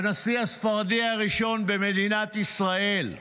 הנשיא הספרדי הראשון במדינת ישראל,